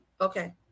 Okay